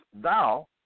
thou